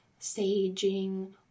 saging